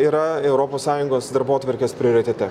yra europos sąjungos darbotvarkės prioritete